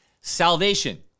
salvation